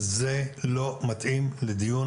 זה לא מתאים לדיון